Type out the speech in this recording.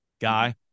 guy